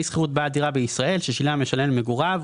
שכירות בעד דירה בישראל ששכר המשלם למגוריו,